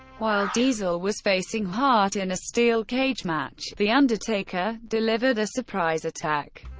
while diesel was facing hart in a steel cage match, the undertaker delivered a surprise attack,